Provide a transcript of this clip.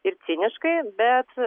ir ciniškai bet